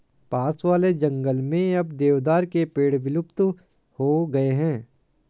पास वाले जंगल में अब देवदार के पेड़ विलुप्त हो गए हैं